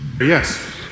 Yes